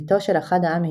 בתו של אחד העם,